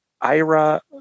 IRA